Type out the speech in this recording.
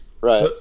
Right